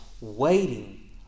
waiting